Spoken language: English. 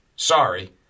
Sorry